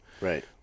right